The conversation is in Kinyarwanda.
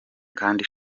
kandi